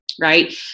Right